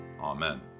Amen